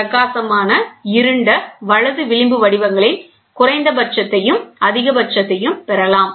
எனவே பிரகாசமான இருண்ட வலது விளிம்பு வடிவங்களின் குறைந்தபட்சத்தையும் அதிகபட்சத்தையும் பெறலாம்